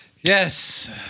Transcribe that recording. Yes